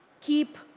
keep